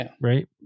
right